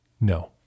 No